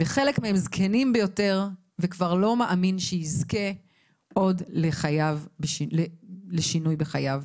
וחלק מהם זקנים ביותר וכבר לא מאמין שיזכה עוד לשינוי בחייו.